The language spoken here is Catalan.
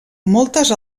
moltes